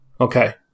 Okay